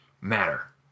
matter